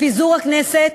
ופיזור הכנסת.